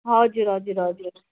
हजुर हजुर हजुर